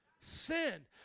Sin